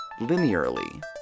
linearly